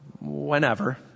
whenever